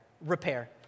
repair